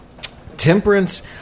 temperance